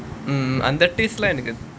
mm mm அந்த:antha test எனக்கு:enakku